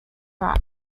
track